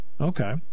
Okay